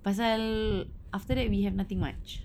pasal after that we have nothing much